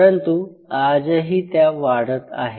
परंतु आजही त्या वाढत आहेत